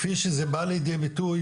כפי שזה בא לידי ביטוי